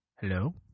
hello